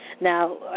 Now